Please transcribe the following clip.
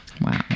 Wow